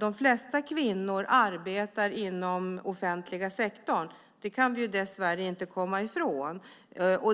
De flesta kvinnor arbetar inom den offentliga sektorn - det kan vi dessvärre inte komma ifrån.